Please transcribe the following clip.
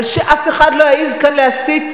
אבל שאף אחד לא יעז כאן להסית,